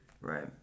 Right